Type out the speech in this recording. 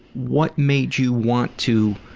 what made you want to